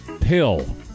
pill